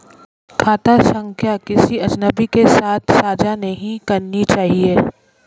खाता संख्या किसी अजनबी के साथ साझा नहीं करनी चाहिए